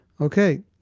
Okay